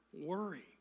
worry